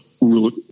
route